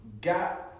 got